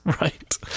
right